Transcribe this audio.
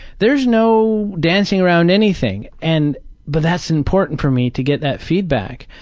there's no dancing around anything. and but that's important for me to get that feedback.